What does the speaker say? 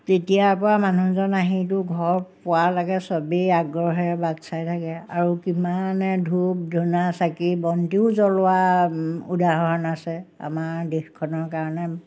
তেতিয়াৰপৰা মানুহজন আহিটো ঘৰ পোৱালৈকে চবেই আগ্ৰহেৰে বাট চাই থাকে আৰু কিমানে ধূপ ধূনা চাকি বন্তিও জ্বলোৱা উদাহৰণ আছে আমাৰ দেশখনৰ কাৰণে